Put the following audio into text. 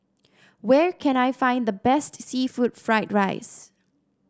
where can I find the best seafood Fried Rice